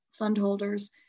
fundholders